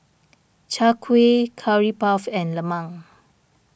Chai Kuih Curry Puff and Lemang